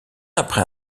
après